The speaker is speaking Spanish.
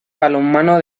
balonmano